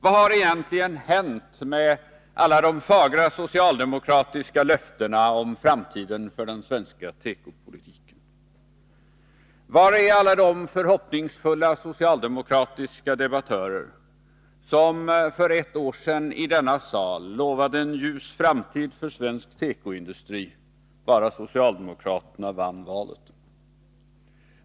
Vad har egentligen hänt med alla de fagra socialdemokratiska löftena om framtiden för den svenska tekoindustrin? Var är alla de förhoppningsfulla socialdemokratiska debattörer som för ett år sedan i denna sal lovade en ljus framtid för svensk tekoindustri bara socialdemokraterna vann valet?